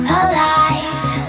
alive